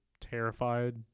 terrified